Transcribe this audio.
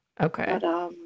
Okay